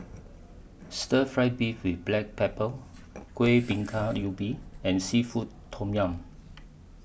Stir Fried Beef with Black Pepper Kueh Bingka Ubi and Seafood Tom Yum